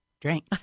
drink